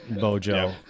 Bojo